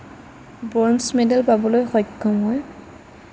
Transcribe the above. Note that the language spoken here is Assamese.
ব্ৰঞ্জ মেডেল পাবলৈ সক্ষম হয়